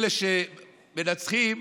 ואלה שמנצחים,